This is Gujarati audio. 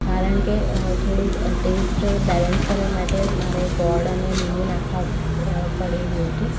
કારણ કે થોળું ટેસ્ટ બેલેન્સ કરવા માટે મારે ગોળ અને લીંબુ નાખવા પડે એવું હતું